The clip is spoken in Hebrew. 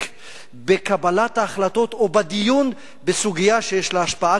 כלשהו בקבלת ההחלטות או בדיון בסוגיה שיש לה השפעה